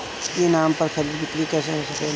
ई नाम पर खरीद बिक्री कैसे हो सकेला?